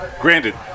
Granted